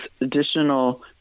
additional